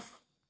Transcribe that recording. off